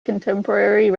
contemporary